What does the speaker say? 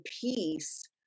peace